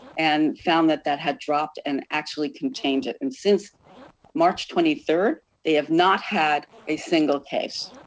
and found that that had dropped and actually contained it. and since march twenty third they have not had a single case.